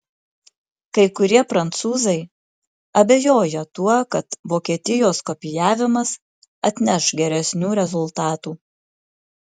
kai kurie prancūzai abejoja tuo kad vokietijos kopijavimas atneš geresnių rezultatų